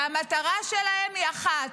שהמטרה שלהם היא אחת: